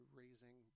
raising